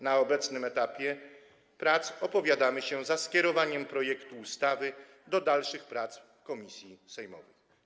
Na obecnym etapie prac opowiadamy się za skierowaniem projektu ustawy do dalszych prac w komisji sejmowej.